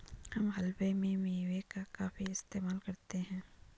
हम हलवे में मेवे का काफी इस्तेमाल करते हैं